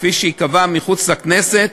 כפי שייקבע, מחוץ לכנסת,